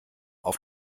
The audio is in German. auf